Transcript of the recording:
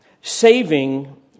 Saving